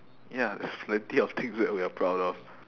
ya there's plenty of things that we are proud of